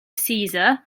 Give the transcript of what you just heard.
caesar